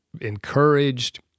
encouraged